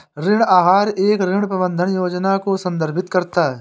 ऋण आहार एक ऋण प्रबंधन योजना को संदर्भित करता है